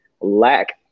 lack